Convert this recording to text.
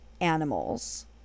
animals